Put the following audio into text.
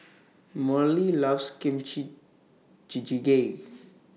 Merle loves Kimchi Jjigae